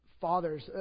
fathers